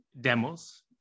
demos